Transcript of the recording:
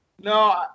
No